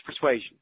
persuasion